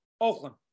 Oakland